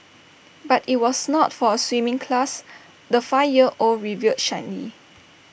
but IT was not for A swimming class the five year old revealed shyly